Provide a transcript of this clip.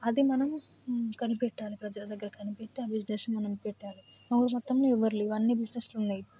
అది మనం కనిపెట్టాలి ప్రజల దగ్గర కనిపెట్టి ఆ బిజినెస్ని మనం పెట్టాలి మా ఊరు మొత్తంలో ఎవరు లేరు అన్ని బిజినెస్లు ఉన్నాయి